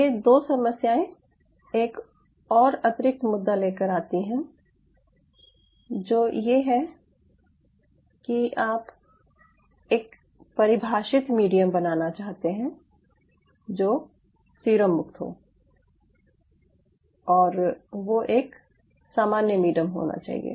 ये 2 समस्याएं एक और अतिरिक्त मुद्दा लेकर आती हैं जो ये है कि आप एक परिभाषित मीडियम बनाना चाहते हैं जो सीरम मुक्त हो और वो एक सामान्य मीडियम होना चाहिए